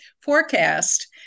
forecast